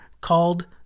called